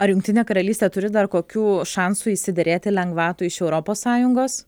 ar jungtinė karalystė turi dar kokių šansų išsiderėti lengvatų iš europos sąjungos